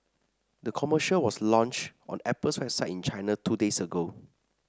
the commercial was launched on Apple's website in China two days ago